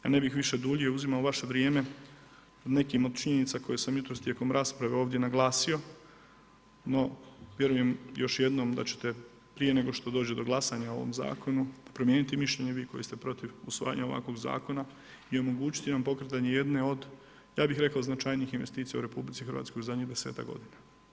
Ja ne bih više duljio, uzimao vaše vrijeme nekim od činjenica koje sam jutros tijekom rasprave ovdje naglasio, no vjerujem još jednom da ćete prije nego što dođe do glasanja o ovom Zakonu promijeniti mišljenje vi koji ste protiv usvajanja ovakvog Zakona i omogućiti nam pokretanje jedne od ja bih rekao, značajnijih investicija u RH u zadnjih 10-ak godina.